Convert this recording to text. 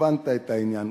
הבנת את העניין,